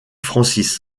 francis